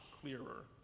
clearer